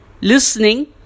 listening